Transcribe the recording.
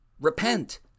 repent